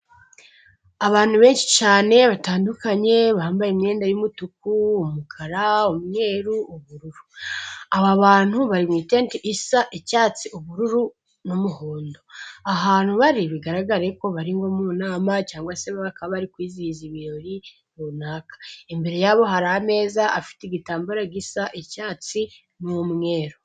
Abantu benshi cyane batandukanye bambaye imyenda y'umutuku, umukara, umweru, ubururu. Aba bantu bari mu itente isa icyatsi, ubururu n'umuhondo. Ahantu bari bigaragare ko bari nko mu nama cyangwa se bakaba bari kwizihiza ibirori runaka imbere yabo hari ameza afite igitambaro gisa icyatsi n'umweru.